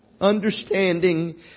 understanding